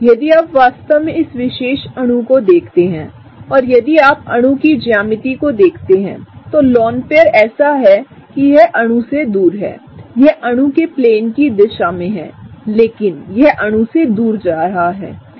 यदि आप वास्तव में इस विशेष अणु को देखते हैं और यदिआपअणुकी ज्यामिति को देखते हैं तो लोन पेयर ऐसा है कि यह अणु से दूर है यह अणु के प्लेन की दिशा में है लेकिन यहअणु सेदूरजा रहाहै